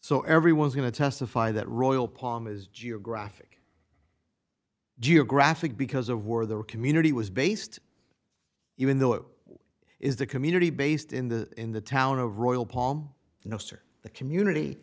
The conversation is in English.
so everyone is going to testify that royal palm is geographic geographic because of where their community was based even though it is the community based in the in the town of royal palm no sir the community